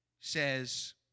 says